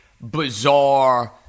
bizarre